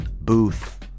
booth